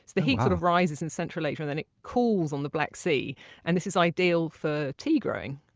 the heat sort of rises in central asia and then it cools on the black sea and this is ideal for tea growing